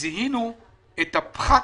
זיהינו את הפחת